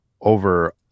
over